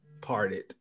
parted